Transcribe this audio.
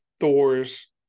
Thor's